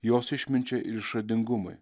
jos išminčiai ir išradingumui